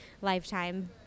lifetime